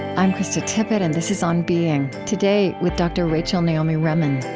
i'm krista tippett and this is on being. today with dr. rachel naomi remen